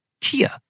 kia